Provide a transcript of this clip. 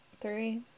Three